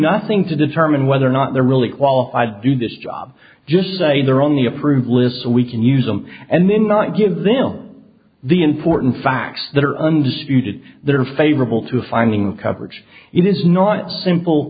nothing to determine whether or not they're really qualified to do this job just say they're on the approved list so we can use them and then not give them the important facts that are undisputed that are favorable to finding coverage it is not simple